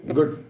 Good